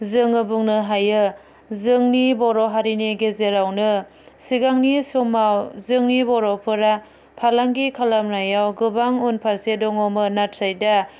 जोङो बुंनो हायो जोंनि बर' हारिनि गेजेरावनो सिगांनि समाव जोंनि बर'फोरा फालांगि खालामनायाव गोबां उनफारसे दङमोन नाथाय दा